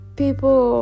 people